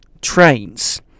trains